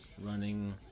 Running